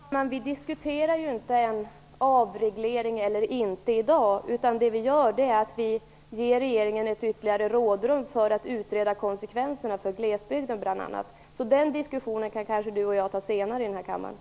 Fru talman! Vi diskuterar ju inte frågan om avreglering eller inte i dag. Vad vi gör att vi ger regeringen ytterligare rådrum för att bl.a. utreda konsekvenserna för glesbygden. Den diskussionen kan vi kanske ta senare här i kammaren.